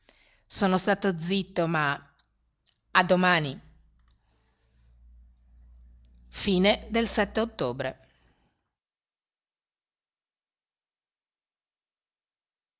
sono stato zitto ma a domani ottobre